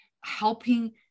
helping